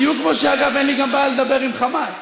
בדיוק, אגב, כמו שאין לי גם בעיה לדבר עם חמאס.